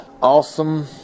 awesome